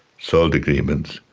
salt agreements.